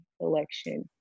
election